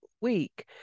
week